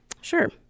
Sure